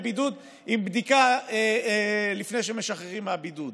בידוד עם בדיקה לפני שמשחררים מהבידוד.